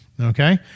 okay